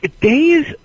Days